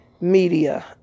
Media